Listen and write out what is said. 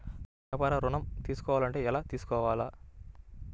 వ్యాపార ఋణం తీసుకోవాలంటే ఎలా తీసుకోవాలా?